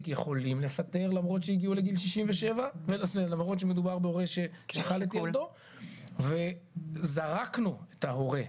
יכולים לפטר למרות שמדובר בהורה ששכל את ילדו ו"זרקנו" את ההורה,